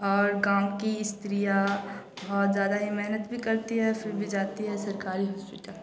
और गाँव की स्त्रियाँ बहुत ही ज़्यादा मेहनत भी करती है फ़िर भी जाती है सरकारी हास्पिटल